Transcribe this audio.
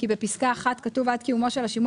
כי בפסקה (1) כתוב "עד קיומו של השימוע